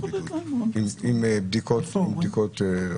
עם בדיקות?